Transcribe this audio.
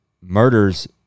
murders